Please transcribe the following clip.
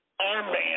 armband